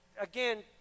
again